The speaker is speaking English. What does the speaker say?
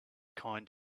kind